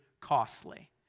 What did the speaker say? costly